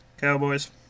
Cowboys